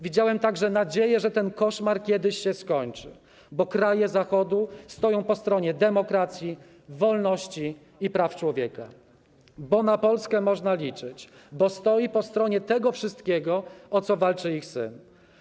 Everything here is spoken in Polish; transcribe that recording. Widziałem także nadzieję, że ten koszmar kiedyś się skończy, bo kraje Zachodu stoją po stronie demokracji, wolności i praw człowieka, bo na Polskę można liczyć, bo stoi po stronie tego wszystkiego, o co walczy ich syn.